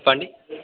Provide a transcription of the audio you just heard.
చెప్పండి